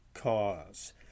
Cause